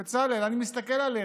בצלאל, אני מסתכל עליך.